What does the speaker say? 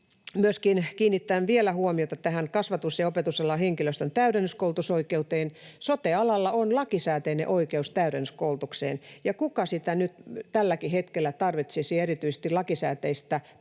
myöskin kiinnitän vielä huomiota tähän kasvatus- ja opetusalan henkilöstön täydennyskoulutusoikeuteen. Sote-alalla on lakisääteinen oikeus täydennyskoulutukseen, ja ketkä muut nyt tälläkin hetkellä tarvitsisivat erityisesti sitä lakisääteistä täydennyskoulutusta